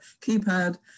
keypad